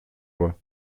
lois